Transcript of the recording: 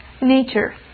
Nature